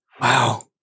wow